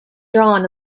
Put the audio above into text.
drawn